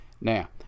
Now